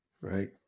Right